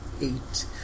eight